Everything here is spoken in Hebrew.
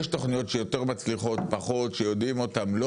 יש תוכניות שהן יותר מצליחות או שהן פחות ושיודעים עליהן או לא.